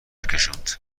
کشوند